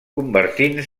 convertint